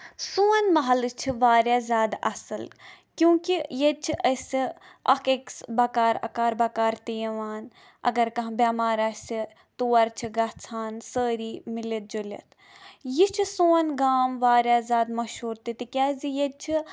سوٚن محلہٕ چھُ واریاہ زیادٕ اَصٕل کیوں کہِ ییٚتہِ چھِ أسہِ اکھ أکِس بکار اَکار بکار تہِ یِوان اَگر کانٛہہ بیٚمار آسہِ تور چھِ گژھان سٲری مِلِتھ جُلِتھ یہِ چھُ سون گام واریاہ زیادٕ مَشہور تہِ تِکیازِ ییٚتہِ چھِ